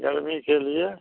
गर्मी के लिए